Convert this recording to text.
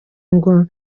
ngo